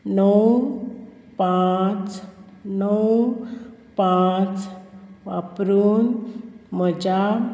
णव पांच णव पांच वापरून म्हज्या